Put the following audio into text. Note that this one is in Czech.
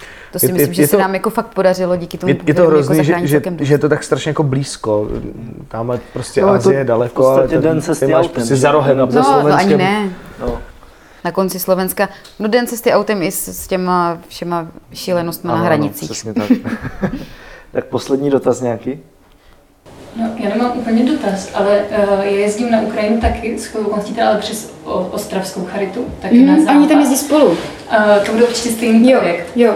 To si Je- je- myslím, že je se to- nám jako fakt podařilo díky tomu je- je to povědomí jako hrozný, že- zachránit že- celkem že je dost. to tak strašně jako blízko. Tam je prostě No, je to Asie je v daleko, ale podstatě tady den cesty ty máš prostě autem, za že? rohem Na- za No, to ani Slovenskem. ne. No. Na konci Slovenska. No, den cesty autem i s- s těma všema šílenostma na Ano, ano, hranicích. přesně tak. Tak poslední dotaz nějaký? No, já nemám úplně dotaz, ale, eh, já jezdím na Ukrajinu taky s chodou konstí teda, ale přes o- ostravskou charitu, taky na Mhm, a oni tam západ. jezdí spolu? Eh, to bude určitě stejný Jo, projekt. jo.